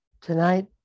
tonight